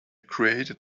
created